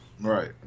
Right